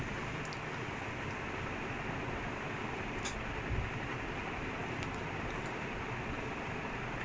ya no you see right actually you look at it right even because like